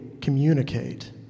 communicate